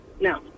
No